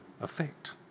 effect